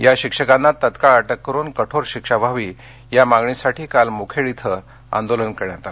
या शिक्षकांना तत्काळ अटक करून कठोर शिक्षा व्हावी या मागणीसाठी काल मुखेड ब्रिं आंदोलन करण्यात आलं